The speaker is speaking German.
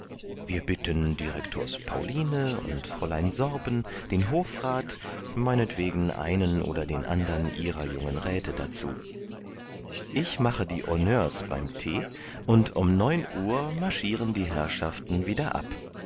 wir bitten direktors pauline und fräulein sorben den hofrat meinetwegen einen oder den andern ihrer jungen räte dazu ich mache die honneurs beim tee und um neun uhr marschieren die herrschaften wieder ab